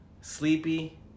sleepy